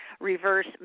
reverse